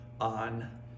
on